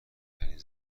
ترین